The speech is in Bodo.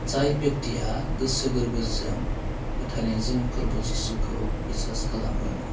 जाय बेक्टिया गोसो गोरबोजों फोथायनायजों फोरबो जिशुखौ बिसास खालामो